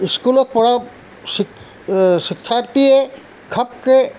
স্কুলৰ পৰা চিক শিক্ষাৰ্থীয়ে ঘপকৈ